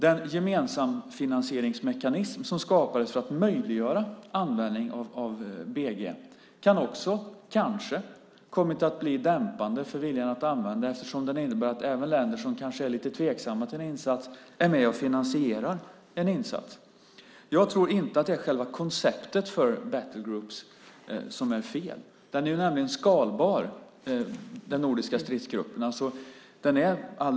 Den gemensamfinansieringsmekanism som skapades för att möjliggöra användningen av BG kan också kanske ha kommit att bli dämpande för viljan till användning, eftersom den innebär att även länder som är lite tveksamma till en insats är med och finansierar den. Jag tror inte att det är själva konceptet för battlegroups som är fel. Den nordiska stridsgruppen är nämligen skalbar.